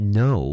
no